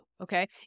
okay